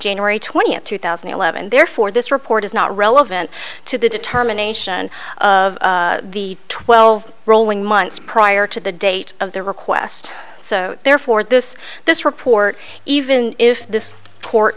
january twentieth two thousand and eleven therefore this report is not relevant to the determination of the twelve rolling months prior to the date of the request so therefore this this report even if this court